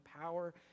power